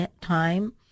time